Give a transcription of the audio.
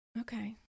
Okay